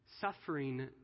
Suffering